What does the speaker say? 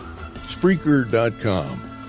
Spreaker.com